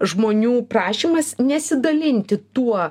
žmonių prašymas nesidalinti tuo